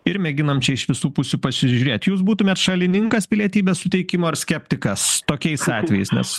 ir mėginam čia iš visų pusių pasižiūrėt jūs būtumėt šalininkas pilietybės suteikimo ar skeptikas tokiais atvejais nes